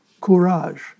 Courage